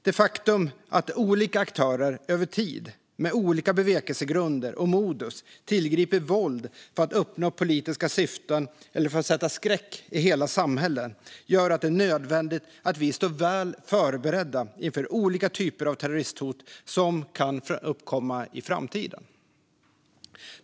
Det faktum att olika aktörer över tid med olika bevekelsegrunder och modus tillgriper våld för att uppnå politiska syften eller för att sätta skräck i hela samhällen gör att det är nödvändigt att vi står väl förberedda inför olika typer av terroristhot som kan uppkomma i framtiden.